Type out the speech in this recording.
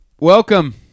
welcome